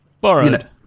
Borrowed